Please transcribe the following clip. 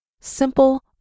simple